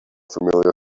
familiar